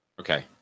Okay